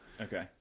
Okay